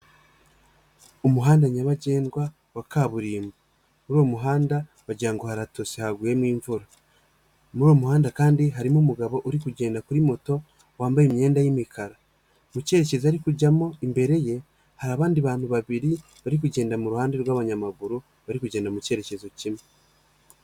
Umuhanda nyabagendwa wa kaburimbo muri uyu muhanda wagira ngo haratose haguyemo imvura, muri uwo muhanda kandi harimo umugabo uri kugenda kuri moto wambaye imyenda y'imikara mu kerekezo ari kujyamo imbere ye hari abandi bantu babiri bari kugenda mu ruhande rw'abanyamaguru bari kugenda mu kerekezo kimwe.